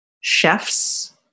chefs